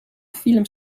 film